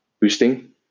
boosting